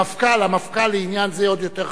המפכ"ל, המפכ"ל לעניין זה עוד יותר חשוב.